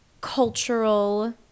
cultural